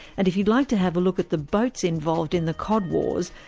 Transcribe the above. and if you'd like to have a look at the boats involved in the cod wars,